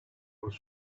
was